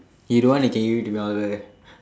you don't want you can give it to me I'll wear